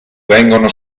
vengono